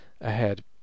ahead